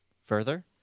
Further